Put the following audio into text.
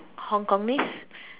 Hong-Kongnese